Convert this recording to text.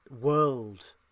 world